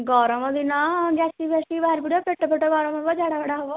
ଗରମ ଦିନ ଗ୍ୟାଷ୍ଟିକ ଫ୍ୟାଷ୍ଟିକ ବାହାରିପଡ଼ିବ ପେଟ ଫେଟ ଗରମ ହେବ ଝାଡା ମାଡା ହେବ